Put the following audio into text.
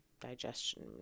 digestion